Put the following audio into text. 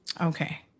Okay